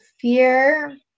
Fear